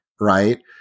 Right